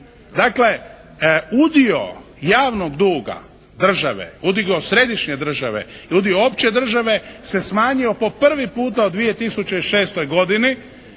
Dakle udio javnog duga države, udio središnje države i udio opće države se smanjio po prvi puta u 2006. godini